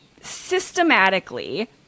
systematically